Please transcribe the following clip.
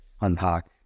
unpack